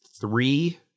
three